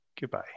goodbye